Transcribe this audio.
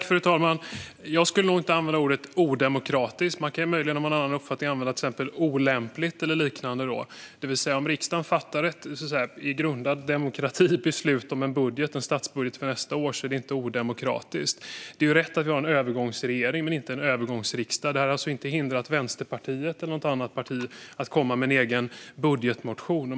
Fru talman! Jag skulle nog inte använda ordet "odemokratisk". Man kan möjligen, om man har en annan uppfattning, till exempel använda ord som "olämpligt" eller liknande. Det vill säga, om riksdagen fattar ett i grunden demokratiskt beslut om en statsbudget för nästa år är det inte odemokratiskt. Det är riktigt att vi har en övergångsregering, men vi har inte en övergångsriksdag. Vänsterpartiet eller något annat parti har alltså inte hindrats att komma med en egen budgetmotion.